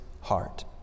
heart